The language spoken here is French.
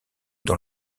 dans